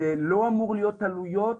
זה לא אמור להיות עניין של עלויות,